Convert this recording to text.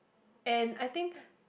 and I think